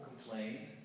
complain